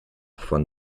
von